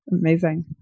Amazing